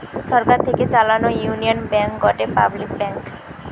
সরকার থেকে চালানো Union Bank গটে পাবলিক ব্যাঙ্ক